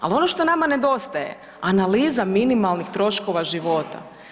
Ali ono što nama nedostaje, analiza minimalnih troškova života.